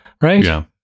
right